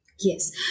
yes